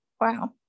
wow